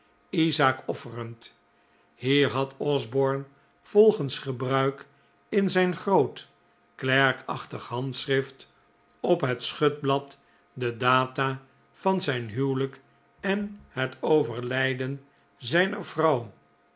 izaak offerend hier had osborne volgens gebruik in zijn groot klerkachtig handschrift op het schutblad de data van zijn huwelijk en het overlijden zijner vrouw